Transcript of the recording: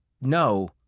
no